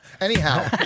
Anyhow